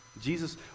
Jesus